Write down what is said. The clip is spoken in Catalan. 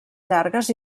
llargues